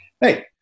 Hey